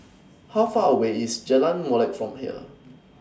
How Far away IS Jalan Molek from here